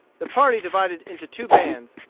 the party divided into two bands,